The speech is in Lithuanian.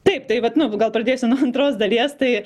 taip tai vat nu gal pradėsiu nuo antros dalies tai